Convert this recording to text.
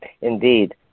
Indeed